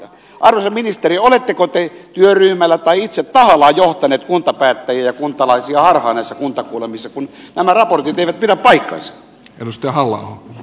arvoisa ministeri oletteko te työryhmällä tai itse tahallanne johtanut kuntapäättäjiä ja kuntalaisia harhaan näissä kuntakuulemisissa kun nämä raportit eivät pidä paikkansa